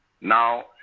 now